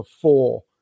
four